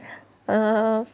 err